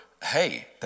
Hey